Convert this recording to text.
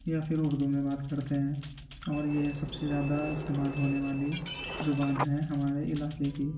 یا پھر اردو میں بات کرتے ہیں اور یہ سب سے زیادہ استعمال ہونے والی زبان ہیں ہمارے علاقے کی